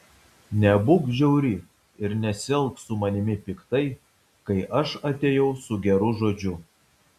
nebūk žiauri ir nesielk su manimi piktai kai aš atėjau su geru žodžiu